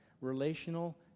relational